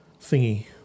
thingy